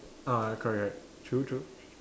ah correct correct true true